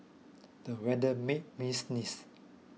the weather made me sneeze